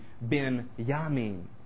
Ben-Yamin